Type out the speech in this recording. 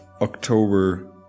October